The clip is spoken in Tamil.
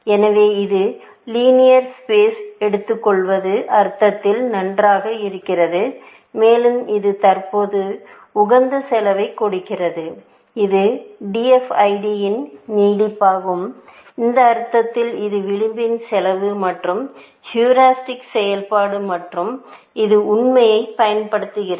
எனவே இது லீனியர் ஸ்பேஸை எடுத்துக்கொள்வது அர்த்தத்தில் நன்றாக இருக்கிறது மேலும் இது தற்போது உகந்த செலவைக் கொடுக்கிறது இது DFID யின் நீட்டிப்பாகும் அந்த அர்த்தத்தில் இது விளிம்பில் செலவு மற்றும் ஹூரிஸ்டிக்செயல்பாடு மற்றும் இந்த உண்மையைப் பயன்படுத்துகிறது